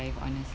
I honestly